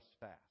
fast